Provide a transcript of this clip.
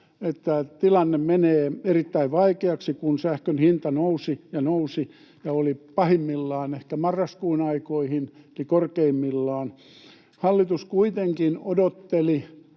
että tilanne menee erittäin vaikeaksi, kun sähkön hinta nousi ja nousi, ja se oli ehkä marraskuun aikoihin pahimmillaan eli korkeimmillaan. Hallitus kuitenkin odotteli